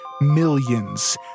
millions